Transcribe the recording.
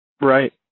Right